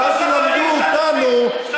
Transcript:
ולא של החברים שלך הנוצרים,